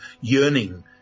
yearning